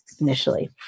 initially